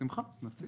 נציג בשמחה.